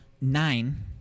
nine